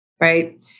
right